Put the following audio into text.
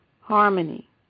harmony